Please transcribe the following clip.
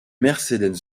mercedes